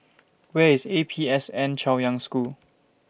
Where IS A P S N Chaoyang School